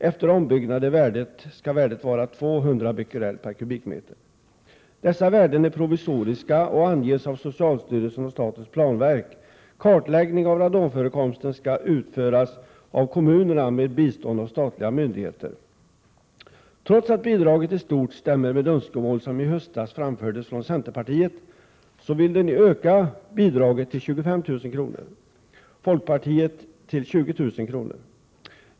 Efter ombyggnad skall värdet vara 200 Bq/m?. Dessa värden är provisoriska och anges av socialstyrelsen och statens planverk. Kartläggning av radonförekomsten skall utföras av kommunerna med bistånd av statliga myndigheter. Trots att bidraget i stort stämmer med önskemål som i höstas framfördes från centerpartiet, vill centern nu öka bidraget till 25 000 kr., och folkpartiet till 20 000 kr.